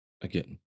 again